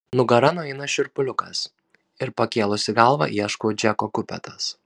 nugara nueina šiurpuliukas ir pakėlusi galvą ieškau džeko kupetos